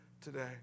today